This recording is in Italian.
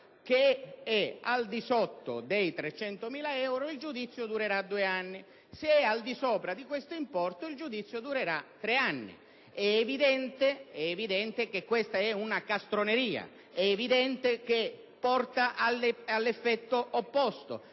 che è al di sotto dei 300.000 euro, il giudizio durerà due anni; se è al di sopra di questo importo, il giudizio durerà tre anni. È evidente che questa è una castroneria. È evidente che porta all'effetto opposto,